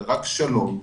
שלום,